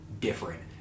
different